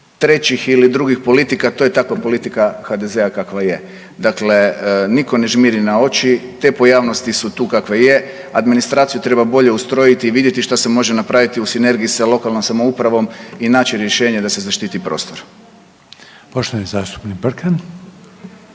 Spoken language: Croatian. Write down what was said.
trećih ili drugih politika, to je takva politika HDZ-a kakva je. Dakle nitko ne žmiri na oči, te pojavnosti su tu kakve je. Administraciju treba bolje ustrojiti i vidjeti što se može napraviti u sinergiji sa lokalnom samoupravom i naći rješenje da se zaštiti prostor. **Reiner,